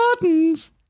buttons